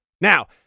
Now